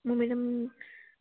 ମୁଁ ମ୍ୟାଡ଼ମ୍